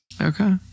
Okay